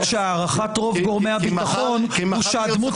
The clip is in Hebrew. מה לעשות שהערכת רוב גורמי הביטחון היא שהדמות